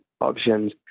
options